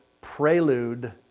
prelude